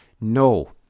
No